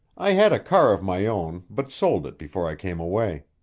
i had a car of my own, but sold it before i came away.